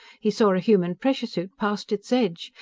he saw a human pressure suit past its edge.